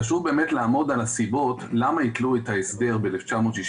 חשוב לעמוד על הסיבות למה היתלו את ההסדר ב-1967